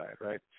right